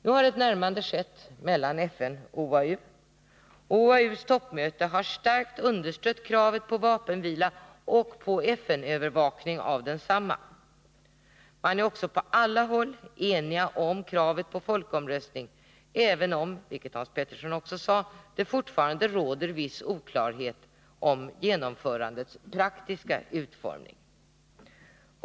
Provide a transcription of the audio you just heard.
Nu har ett närmande skett mellan FN och OAU, och OAU:s toppmöte har starkt understött kravet på vapenvila och FN-övervakning av densamma. Man är också på alla håll enig om kravet på folkomröstning, även om — vilket Hans Petersson också sade — fortfarande viss oklarhet råder om genomförandets praktiska utformning.